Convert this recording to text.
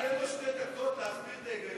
תן לו שתי דקות להסביר את ההיגיון.